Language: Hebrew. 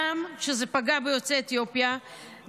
גם כשזה פגע ביוצאי אתיופיה,